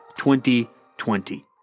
2020